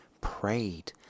prayed